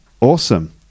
Awesome